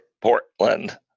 Portland